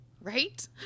right